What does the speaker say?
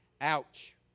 Ouch